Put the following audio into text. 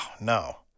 no